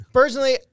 personally